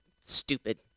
stupid